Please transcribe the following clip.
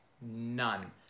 none